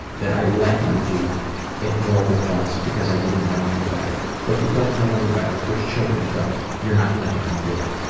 that i let him do it more than once because i didn't know any better. well if you didn't know any better, which children don't, you're not letting him do it.